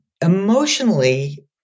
Emotionally